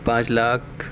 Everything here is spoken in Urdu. پانچ لاکھ